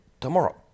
tomorrow